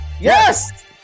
Yes